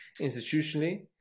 institutionally